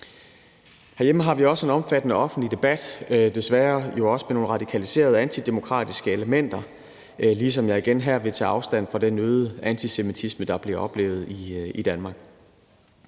Herhjemme har vi også en omfattende offentlig debat, jo desværre også med nogle radikaliserede antidemokratiske elementer, ligesom jeg igen her vil tage afstand fra den øgede antisemitisme, der opleves i Danmark.